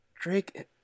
Drake